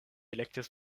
elektis